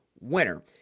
winner